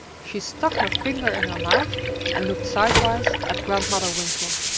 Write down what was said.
she stuck her finger in her mouth and looked sidewise at grandmother winkle.